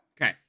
okay